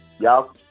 y'all